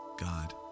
God